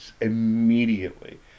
immediately